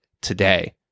today